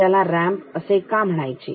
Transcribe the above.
त्याला रॅम्प असे का म्हणायचे